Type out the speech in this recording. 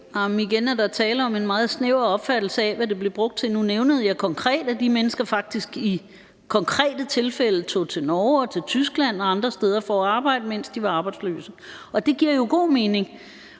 Igen er der tale om en meget snæver opfattelse af, hvad det blev brugt til. Nu nævnede jeg konkret, at de mennesker faktisk i konkrete tilfælde tog til Norge, Tyskland og andre steder for at arbejde, mens de var arbejdsløse, og det giver jo god mening.